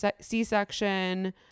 C-section